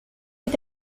est